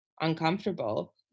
uncomfortable